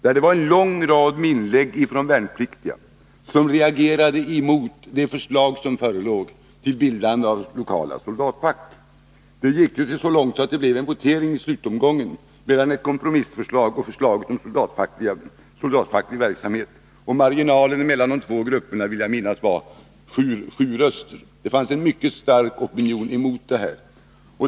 Det förekom en lång rad inlägg från värnpliktiga, som reagerade emot det förslag som förelåg om bildande av lokala soldatfack. Det gick så långt att det blev en votering i slutomgången mellan ett kompromissförslag och förslaget om soldatfacklig verksamhet. Jag vill minnas att marginalen mellan de båda förslagen var sju röster. Det fanns alltså en mycket stark opinion emot detta.